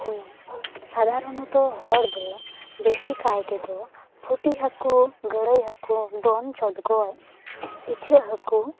ᱥᱟᱫᱷᱟᱨᱱᱚᱛᱚ ᱦᱚᱲ ᱫᱚ ᱵᱮᱥᱤ ᱠᱟᱭ ᱛᱮᱫᱚ ᱯᱩᱴᱷᱤ ᱦᱟᱹᱠᱩ ᱜᱟᱹᱲᱟᱹᱭ ᱦᱟᱹᱠᱩ ᱫᱚᱱ ᱪᱚᱲᱜᱚᱡ ᱤᱪᱟᱹᱜ ᱦᱟᱹᱠᱩ